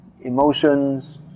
emotions